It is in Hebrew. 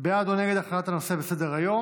בעד או נגד הכללת הנושא בסדר-היום.